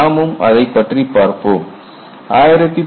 நாமும் அதைப் பற்றி பார்ப்போம்